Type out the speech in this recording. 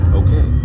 okay